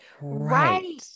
Right